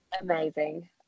Amazing